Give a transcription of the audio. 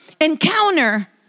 encounter